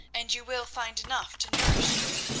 and you will find enough to nourish you.